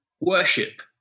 worship